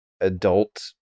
adult